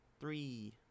Three